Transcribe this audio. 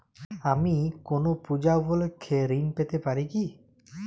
আমি কোনো পূজা উপলক্ষ্যে ঋন পেতে পারি কি?